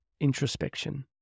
introspection